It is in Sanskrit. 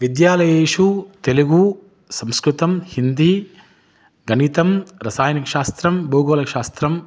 विद्यालयेषु तेलुगु संस्कृतं हिन्दी गणितं रसायनशास्त्रं भूगोलशास्त्रं